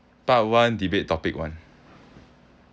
part one debate topic one